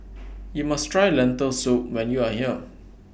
YOU must Try Lentil Soup when YOU Are here